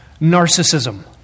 narcissism